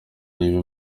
niba